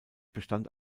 bestand